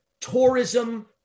tourism